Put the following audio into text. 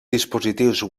dispositius